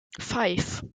five